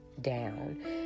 down